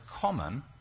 common